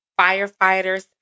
firefighters